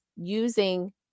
using